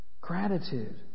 Gratitude